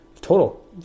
total